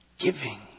Giving